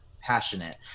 passionate